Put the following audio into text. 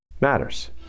matters